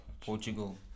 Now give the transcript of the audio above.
Portugal